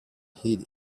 heed